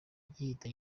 guhita